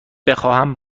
بخواهم